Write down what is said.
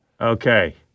Okay